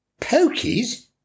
Pokies